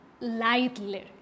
lightly